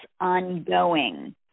ongoing